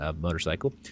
Motorcycle